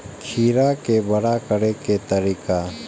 खीरा के बड़ा करे के तरीका?